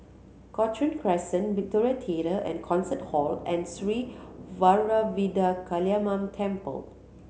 Cochrane Crescent Victoria Theatre and Concert Hall and Sri Vairavimada Kaliamman Temple